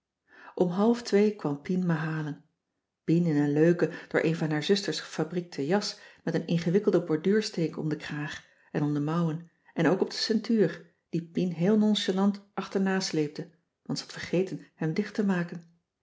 om half twee kwam pien me halen pien in een leuke door een van haar zusters gefabriekte jas met een ingewikkelde borduursteek om den kraag en om de mouwen en ook op de ceintuur die pien heel nonchalant achternasleepte want ze had vergeten hem dicht te maken